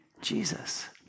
Jesus